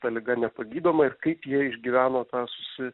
ta liga nepagydoma ir kaip jie išgyveno tą su